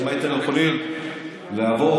אם הייתם יכולים לבוא,